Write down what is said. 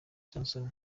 johnson